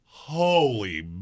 holy